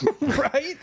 Right